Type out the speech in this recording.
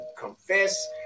confess